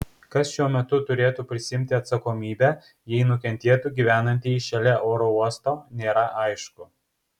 kas šiuo metu turėtų prisiimti atsakomybę jei nukentėtų gyvenantieji šalia oro uosto nėra aišku